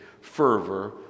fervor